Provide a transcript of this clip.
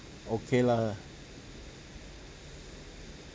okay lah